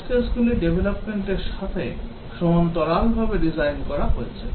Test case গুলি development এর সাথে সমান্তরালভাবে ডিজাইন করা হয়েছে